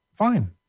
fine